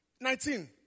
nineteen